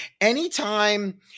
anytime